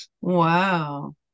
Wow